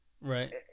Right